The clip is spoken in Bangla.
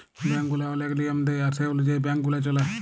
ব্যাংক গুলা ওলেক লিয়ম দেয় আর সে অলুযায়ী ব্যাংক গুলা চল্যে